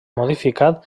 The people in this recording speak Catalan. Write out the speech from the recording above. modificat